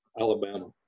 Alabama